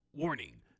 Warning